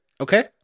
Okay